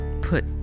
put